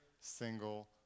single